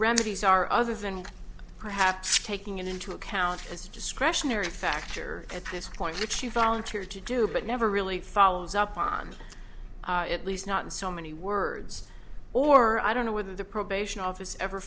remedies are other than perhaps taking into account as discretionary factor at this point which you volunteered to do but never really follows up on at least not in so many words or i don't know whether the probation office ever